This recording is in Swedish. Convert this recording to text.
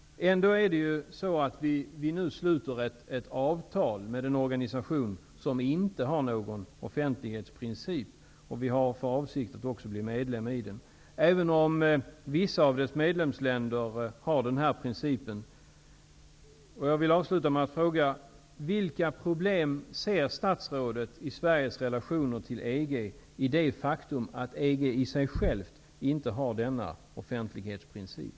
Ändå sluter vi nu ett avtal med en organisation som inte har någon offentlighetsprincip -- även om vissa medlemsländer har den här principen -- och vi har också för avsikt att bli medlem i denna organisation. Jag vill avsluta inlägget med att fråga: Vilka problem i fråga om Sveriges relationer till EG ser statsrådet i det faktum att EG i sig inte har denna offentlighetsprincip?